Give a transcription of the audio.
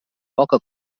poca